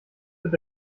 wird